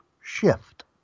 shift